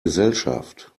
gesellschaft